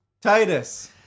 Titus